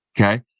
Okay